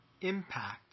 impact